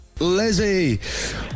Lizzie